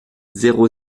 zéro